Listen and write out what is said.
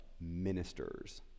ministers